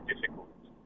difficult